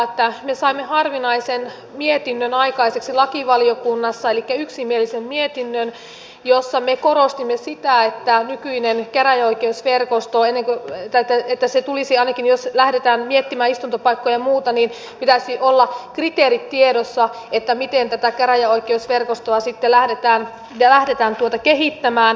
me saimme harvinaisen mietinnön aikaiseksi lakivaliokunnassa elikkä yksimielisen mietinnön jossa me korostimme sitä että nykyinen käräjäoikeusverkostoaine tai käytetä se tulisi ainakin jos lähdetään miettimään istuntopaikkoja ja muuta niin kriteerien pitäisi olla tiedossa että miten tätä käräjäoikeusverkostoa sitten lähdetään kehittämään